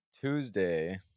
Tuesday